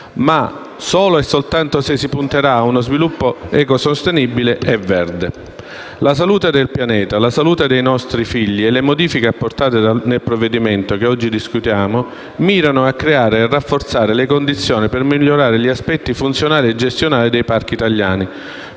ma solo e soltanto se si punterà a uno sviluppo ecosostenibile e verde. La salute del pianeta e dei nostri figli e le modifiche apportate al provvedimento che oggi discutiamo mirano a creare e a rafforzare le condizioni per migliorare gli aspetti funzionali e gestionali dei parchi italiani,